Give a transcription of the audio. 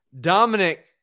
Dominic